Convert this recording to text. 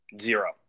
Zero